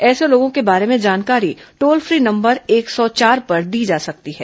ऐसे लोगों के बारे में जानकारी टोल फ्री नंबर एक सौ चार पर दी जा सकती है